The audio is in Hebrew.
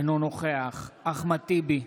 אינו נוכח אחמד טיבי,